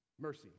Mercy